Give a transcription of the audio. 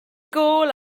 gôl